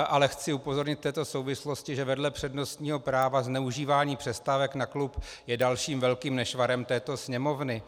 Ale chci upozornit v této souvislosti, že vedle přednostního práva zneužívání přestávek na klub je dalším velkým nešvarem této Sněmovny.